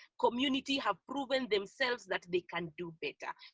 community have proven themselves that they can do better.